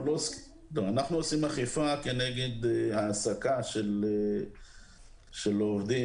אנחנו עושים אכיפה כנגד העסקת עובדים